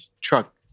truck